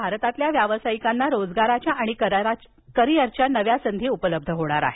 यामुळे भारतातील व्यावसायिकांना रोजगाराच्या आणि करीयरच्या नव्या संधी उपलब्ध होणार आहेत